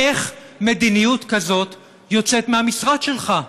איך מדיניות כזאת יוצאת מהמשרד שלך?